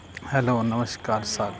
hello ਨਮਸਕਾਰ sir